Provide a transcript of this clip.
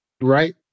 right